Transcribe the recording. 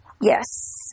Yes